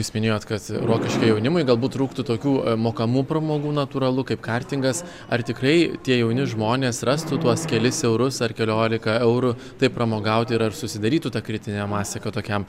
jūs minėjot kad rokiškio jaunimui galbūt trūktų tokių mokamų pramogų natūralu kaip kartingas ar tikrai tie jauni žmonės rastų tuos kelis eurus ar keliolika eurų taip pramogauti ir ar susidarytų ta kritinė masė kad tokiam